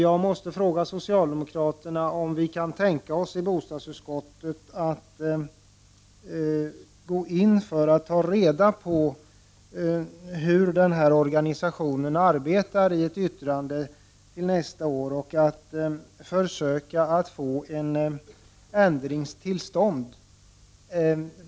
Jag måste fråga socialdemokraterna om de kan tänka sig att i bostadsutskottet medverka till att verkligen ta reda på hur denna organisation arbetar och redovisa detta i ett yttrande till nästa år och försöka få en ändring till stånd.